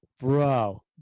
bro